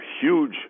huge